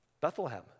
Bethlehem